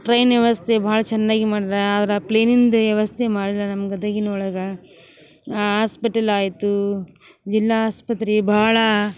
train ವ್ಯವಸ್ಥೆ ಭಾಳ ಚೆನ್ನಾಗಿ ಮಾಡ್ರಾ ಆದ್ರ ಪ್ಲೇನಿಂದ ವ್ಯವಸ್ಥೆ ಮಾಡಿಲ್ಲ ನಮ್ಮ ಗದಗಿನೊಳಗೆ ಆಸ್ಪಿಟಲ್ ಆಯಿತು ಜಿಲ್ಲಾ ಆಸ್ಪತ್ರೆ ಭಾಳ